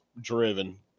driven